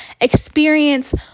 Experience